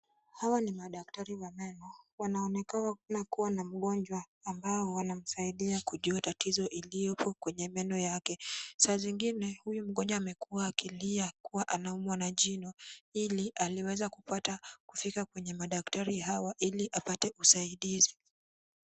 Hawa ni madaktari wa meno. Wanaonekana kuwa na mgonjwa ambao wanamsaidia kujua tatizo iliyoko kwenye meno yake. Saa zingine huyu mgonjwa amekuwa akilia kuwa anaumwa na jino ili aliweza kupata kufika kwenye madaktari hawa ili apate usaidizi.